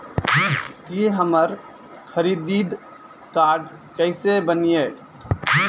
की हमर credit card केसे बनिये?